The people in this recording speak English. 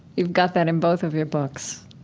you've got that in both of your books.